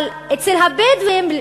אבל אצל הבדואים,